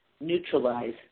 neutralize